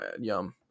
yum